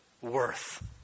worth